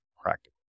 practical